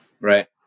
right